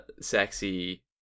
sexy